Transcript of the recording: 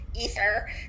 ether